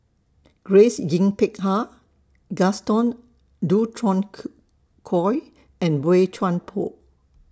Grace Yin Peck Ha Gaston Dutronquoy and Boey Chuan Poh